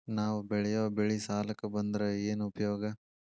ನಾವ್ ಬೆಳೆಯೊ ಬೆಳಿ ಸಾಲಕ ಬಂದ್ರ ಏನ್ ಉಪಯೋಗ?